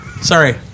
Sorry